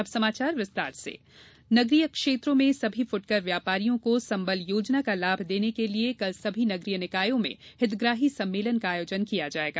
संबल योजना नगरीय क्षेत्रों में सभी फुटकर व्यापारियों को संबल योजना का लाभ देने के लिये कल सभी नगरीय निकायों में हितग्राही सम्मेलन का आयोजन किया जायेगा